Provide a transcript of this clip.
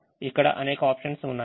ఇక్కడ అనేక options ఉన్నాయి